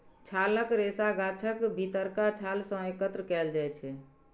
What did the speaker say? छालक रेशा गाछक भीतरका छाल सं एकत्र कैल जाइ छै